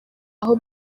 aho